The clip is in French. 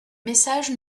message